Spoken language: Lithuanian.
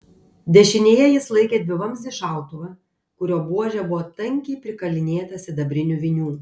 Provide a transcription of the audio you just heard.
dešinėje jis laikė dvivamzdį šautuvą kurio buožė buvo tankiai prikalinėta sidabrinių vinių